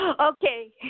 Okay